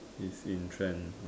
is in trend